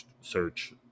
search